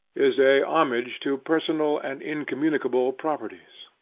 is a homage to personal and incommunicable properties.